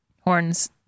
horns